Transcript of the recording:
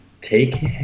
take